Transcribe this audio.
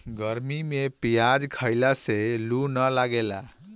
गरमी में पियाज खइला से लू ना लागेला